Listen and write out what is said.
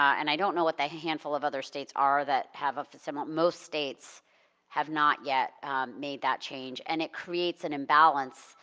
and i don't know what the handful of other states are that have a similar, most states have not yet made that change, and it creates an imbalance.